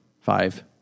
five